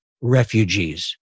refugees